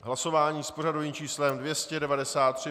Hlasování s pořadovým číslem 293.